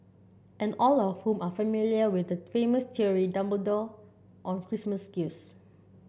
and all of whom are familiar with the famous theory Dumbledore on Christmas gifts